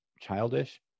childish